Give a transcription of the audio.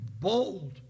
bold